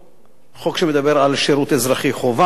חוק שמדבר על שירות אזרחי חובה,